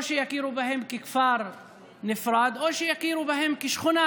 או שיכירו בהם ככפר נפרד או שיכירו בהם כשכונה,